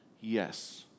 Yes